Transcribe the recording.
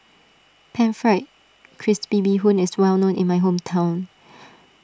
Pan Fried Crispy Bee Hoon is well known in my hometown